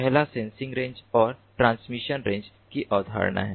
पहला sensing range और transmission range की अवधारणा है